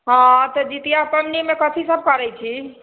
हँ तऽ जितिआ पबनीमे कथि सभ करैत छी